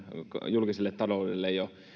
julkiselle taloudelle jo